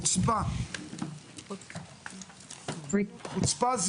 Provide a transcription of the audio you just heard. הישיבה ננעלה בשעה 14:48.